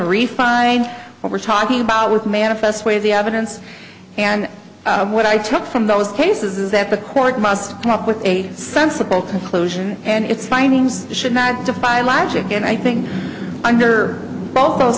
refined what we're talking about with manifest way the evidence and what i took from those cases is that the court must come up with a sensible conclusion and its findings should not defy logic and i think under both